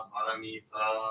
Paramita